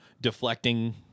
deflecting